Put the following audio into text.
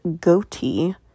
goatee